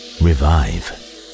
revive